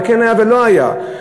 וכן היה ולא היה.